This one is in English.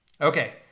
okay